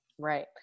right